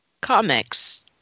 comics